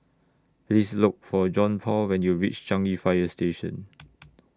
Please Look For Johnpaul when YOU REACH Changi Fire Station